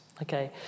Okay